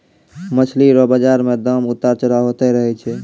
मछली रो बाजार मे दाम उतार चढ़ाव होते रहै छै